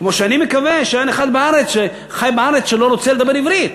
כמו שאני מקווה שאין אחד בארץ שחי בארץ ולא רוצה לדבר עברית.